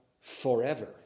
forever